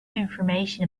information